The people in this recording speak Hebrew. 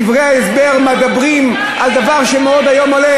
דברי ההסבר מדברים על דבר שמאוד הולך היום: